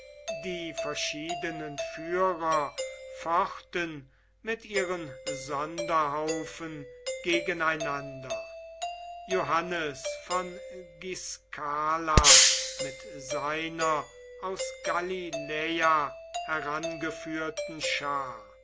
die verschiedenen führer fochten mit ihren sonderhaufen gegeneinander johannes von giskala mit seiner aus galiläa herangeführten schar